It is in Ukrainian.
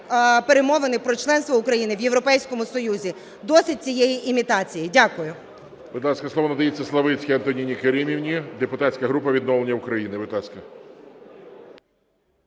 перемовини про членство України в Європейському Союзі. Досить цієї імітації. Дякую.